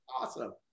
Awesome